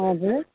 हजुर